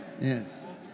Yes